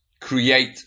create